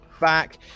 back